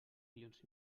milions